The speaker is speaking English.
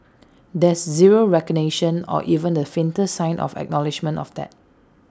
there's zero recognition or even the faintest sign of acknowledgement of that